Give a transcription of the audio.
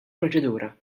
proċedura